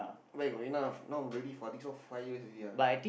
where got enough now already five I think so five years already ah